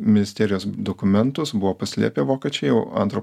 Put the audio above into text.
ministerijos dokumentus buvo paslėpę vokiečiai jau antro